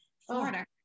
Florida